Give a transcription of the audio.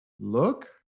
look